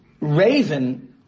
raven